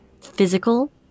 physical